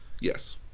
Yes